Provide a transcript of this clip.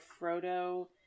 Frodo